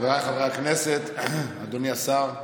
חבריי חברי הכנסת, אדוני השר,